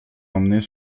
emmener